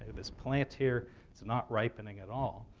this plant here is not ripening at all.